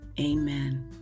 Amen